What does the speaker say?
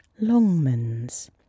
Longman's